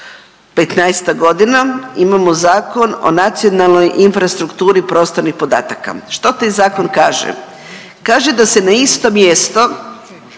15-ak godina imamo Zakon o nacionalnoj infrastrukturi prostornih podataka. Što taj zakon kaže? Kaže da se na isto mjesto,